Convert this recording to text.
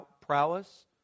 prowess